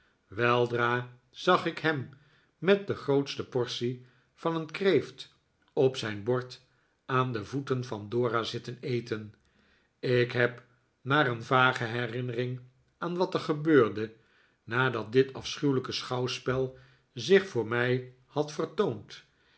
weldra zag ik hem met de grootste portie van een kreeft op zijn bord aan de voeten van dora zitten eten ik heb maar een vage herinnering aan wat er gebeurde nadat dit afschuwelijke schouwspel zich voor mij had vertoond